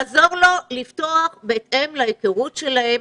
לעזור להם לפתוח בהתאם להיכרות שלהם.